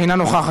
אינה נוכחת.